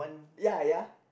ya ya